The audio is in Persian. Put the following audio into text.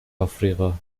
آفریقا